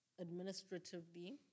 administratively